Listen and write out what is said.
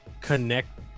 connect